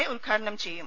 A ഉദ്ഘാടനം ചെയ്യും